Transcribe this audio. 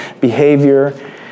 behavior